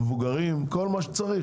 המבוגרים יקבל בשורה.